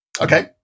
Okay